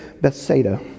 Bethsaida